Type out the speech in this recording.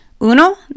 Uno